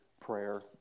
prayer